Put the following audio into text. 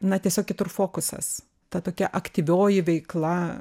na tiesiog kitur fokusas ta tokia aktyvioji veikla